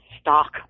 stock